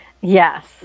Yes